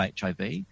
HIV